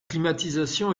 climatisation